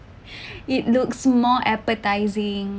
it looks more appetizing